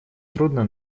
трудно